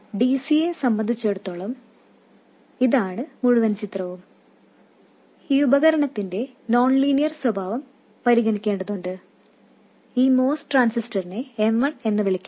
dc യെ സംബന്ധിച്ചിടത്തോളം ഇതാണ് മുഴുവൻ ചിത്രം ഈ ഉപകരണത്തിന്റെ നോൺ ലീനിയർ സ്വഭാവം പരിഗണിക്കേണ്ടതുണ്ട് ഈ MOS ട്രാൻസിസ്റ്ററിനെ M1 എന്ന് വിളിക്കാം